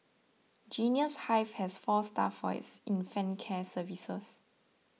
Genius Hive has four staff for its infant care services